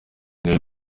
nayo